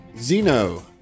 Zeno